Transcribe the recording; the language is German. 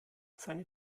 seine